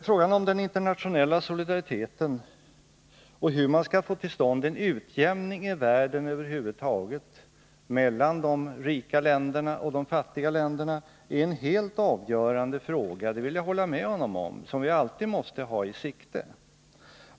Frågan om den internationella solidariteten och hur man skall få till stånd en utjämning i världen över huvud taget mellan de rika länderna och de fattiga länderna är en helt avgörande fråga, det vill jag hålla med honom om, och vi måste hela tiden ha de problemen under uppsikt.